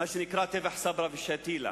מה שנקרא "טבח סברה ושתילה".